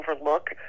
overlook